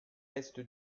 est